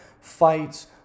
fights